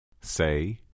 Say